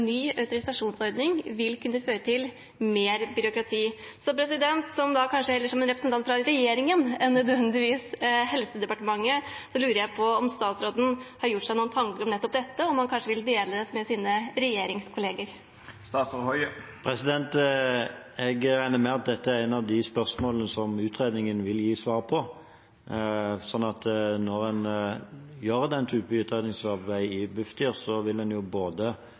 ny autorisasjonsordning, vil kunne føre til mer byråkrati. Heller som en representant for regjeringen enn nødvendigvis for Helsedepartementet lurer jeg på om statsråden har gjort seg noen tanker om nettopp dette, og om han kanskje vil dele det med sine regjeringskollegaer. Jeg regner med at dette er et av de spørsmålene som utredningen vil gi svar på. Når en gjør den type utredningsarbeid i Bufdir, vil en